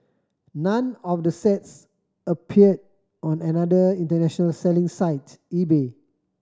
none of the sets appeared on another international selling site eBay